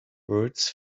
birds